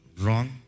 wrong